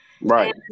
Right